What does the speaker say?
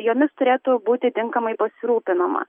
jomis turėtų būti tinkamai pasirūpinama